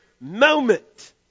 moment